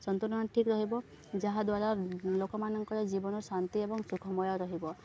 ସନ୍ତୁଳନ ଠିକ୍ ରହିବ ଯାହାଦ୍ୱାରା ଲୋକମାନଙ୍କର ଜୀବନ ଶାନ୍ତି ଏବଂ ସୁଖମୟ ରହିବ